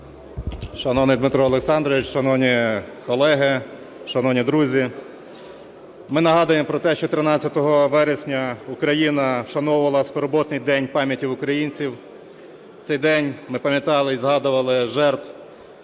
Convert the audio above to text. Шановний Дмитре Олександровичу, шановні колеги, шановні друзі! Ми нагадуємо про те, що 13 вересня Україна вшановувала скорботний день пам'яті українців. В цей день ми пам'ятали і згадували жертв,